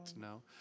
no